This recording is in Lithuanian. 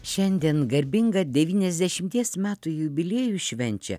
šiandien garbingą devyniasdešimties metų jubiliejų švenčia